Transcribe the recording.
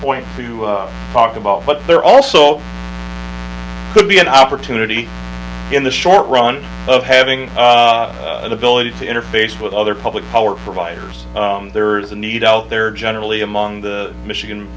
point to talk about but there also could be an opportunity in the short run of having an ability to interface with other public power for vipers there is a need out there generally among the michigan